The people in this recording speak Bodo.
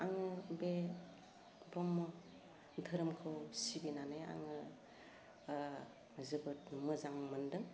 आङो बे ब्रह्म धोरोमखौ सिबिनानै आङो ओह जोबोद मोजां मोनदों